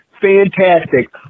fantastic